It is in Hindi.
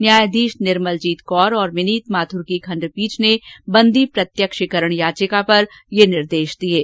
न्यायाधीश निर्मलजीत कौर और विनीत माथुर की खंडपीठ ने बंदी प्रत्यक्षीकरण याचिका पर यह निर्देश दिए हैं